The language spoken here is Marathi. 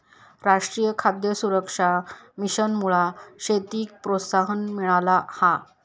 राष्ट्रीय खाद्य सुरक्षा मिशनमुळा शेतीक प्रोत्साहन मिळाला हा